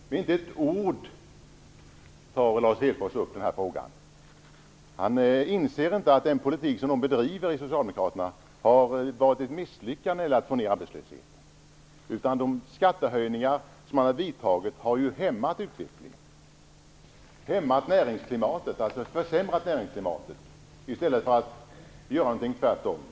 Inte med ett ord tar Lars Hedfors upp den här frågan. Han inser inte att den politik som socialdemokraterna bedriver har varit ett misslyckande när det gäller att få ned arbetslösheten. De skattehöjningar som man har vidtagit har hämmat utvecklingen och försämrat näringsklimatet i stället för tvärtom.